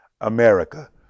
America